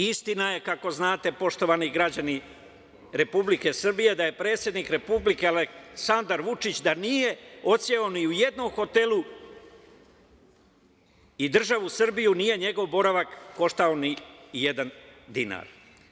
Istina je, kako znate, poštovani građani Republike Srbije, da predsednik Republike Aleksandar Vučić nije odseo ni u jednom hotelu i državu Srbiju nije njegov boravak koštao ni jedan dinar.